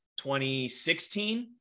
2016